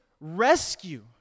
rescue